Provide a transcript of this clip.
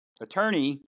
attorney